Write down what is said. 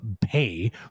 pay